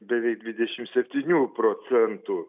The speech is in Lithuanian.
beveik dvidešimt septynių procentų